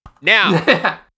Now